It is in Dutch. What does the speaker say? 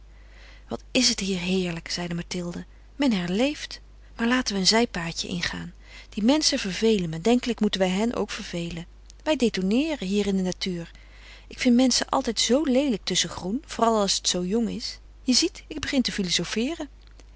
wat is het hier heerlijk zeide mathilde men herleeft maar laten we een zijpaadje ingaan die menschen vervelen me denkelijk moeten wij hen ook vervelen wij detoneeren hier in de natuur ik vind menschen altijd zoo leelijk tusschen groen vooral als het zoo jong is je ziet ik begin te filozofeeren